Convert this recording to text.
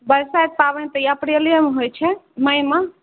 बरसाइत पाबनि तऽ ई अप्रैलेमे होइ छै मइमे